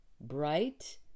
bright